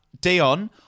Dion